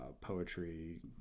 poetry